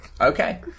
Okay